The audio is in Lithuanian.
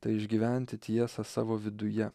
tai išgyventi tiesą savo viduje